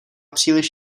příliš